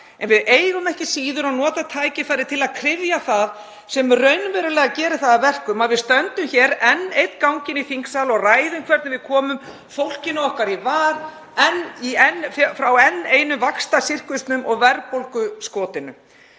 en við eigum ekki síður að nota tækifærið til að kryfja það sem raunverulega gerir það að verkum að við stöndum hér enn einn ganginn í þingsal og ræðum hvernig við komum fólkinu okkar í var fyrir enn einum vaxtasirkusnum og enn einu verðbólguskotinu.